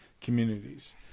communities